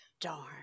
Darn